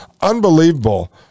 unbelievable